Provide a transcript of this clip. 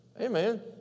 Amen